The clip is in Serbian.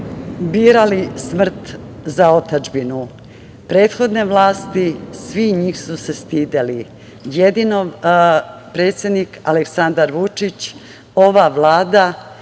birali smrt za otadžbinu. Prethodne vlasti su se njih stidele. Jedino predsednik Aleksandar Vučić, ova Vlada,